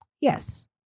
Yes